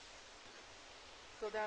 תודה